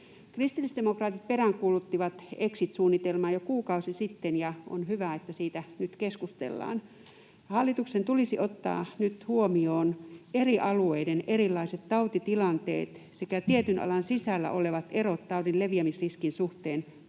Kristillisdemokraatit peräänkuuluttivat exit-suunnitelmaa jo kuukausi sitten, ja on hyvä, että siitä nyt keskustellaan. Hallituksen tulisi ottaa nyt paremmin huomioon eri alueiden erilaiset tautitilanteet sekä tietyn alan sisällä olevat erot taudin leviämisriskin suhteen, toisin